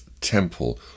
temple